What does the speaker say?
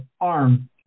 arm